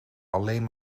alleen